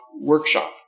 workshop